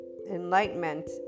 enlightenment